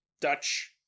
Dutch